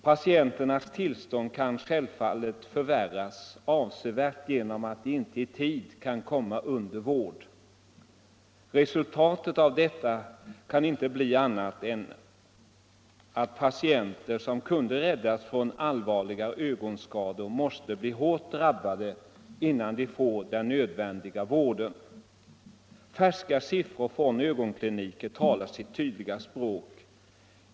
Patienternas tillstånd kan självfallet förvärras avsevärt genom att de inte i tid kan komma under vård. Resultatet av detta kan inte bli annat än att patienter som kunde räddas från allvarligare ögonskador måste bli hårt drabbade innan de får den nödvändiga vården. Färska siffror från ögonkliniker talar sitt tydliga språk.